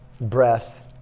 breath